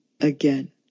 again